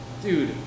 Dude